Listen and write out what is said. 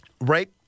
right